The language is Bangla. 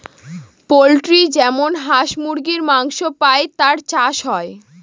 পোল্ট্রি যেমন হাঁস মুরগীর মাংস পাই তার চাষ হয়